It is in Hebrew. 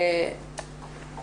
הדברים שלי גם בברכות ובתודות והזמן